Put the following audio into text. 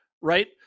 right